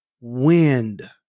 wind